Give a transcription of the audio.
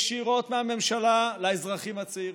ישירות מהממשלה לאזרחים הצעירים,